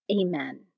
Amen